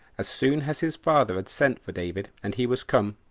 as soon as his father had sent for david, and he was come,